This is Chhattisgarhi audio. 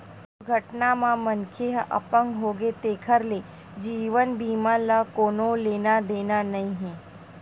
दुरघटना म मनखे ह अपंग होगे तेखर ले जीवन बीमा ल कोनो लेना देना नइ हे